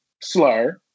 slur